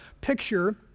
picture